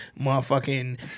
Motherfucking